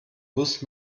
bus